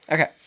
Okay